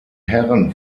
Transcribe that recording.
herren